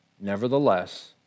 Nevertheless